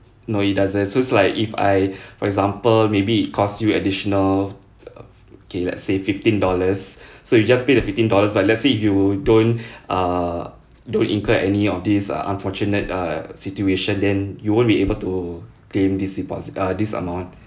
no it doesn't so it's like if I for example maybe it costs you additional uh K let's say fifteen dollars so you just pay the fifteen dollars but let's say if you don't don't incur any of these uh unfortunate err situation then you won't be able to claim these deposit uh this amount